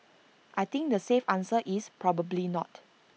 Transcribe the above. I think the safe answer is probably not